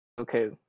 okay